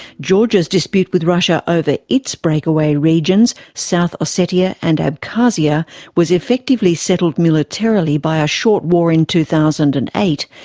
georgia's dispute with russia over its breakaway regions south ah and abkhazia was effectively settled militarily by a short war in two thousand and eight,